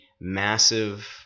massive